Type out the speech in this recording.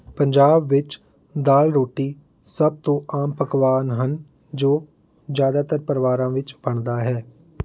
ਪੰਜਾਬ ਵਿੱਚ ਦਾਲ ਰੋਟੀ ਸਭ ਤੋਂ ਆਮ ਪਕਵਾਨ ਹਨ ਜੋ ਜ਼ਿਆਦਾਤਰ ਪਰਿਵਾਰਾਂ ਵਿੱਚ ਬਣਦਾ ਹੈ